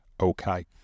okay